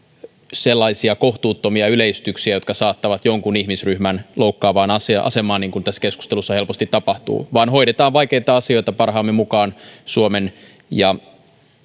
sellaisia kohtuuttomia yleistyksiä jotka saattavat jonkun ihmisryhmän loukkaavaan asemaan niin kuin tässä keskustelussa helposti tapahtuu vaan hoidetaan vaikeita asioita parhaamme mukaan suomen ja